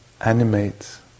animates